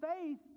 faith